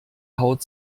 haut